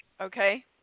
Okay